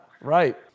right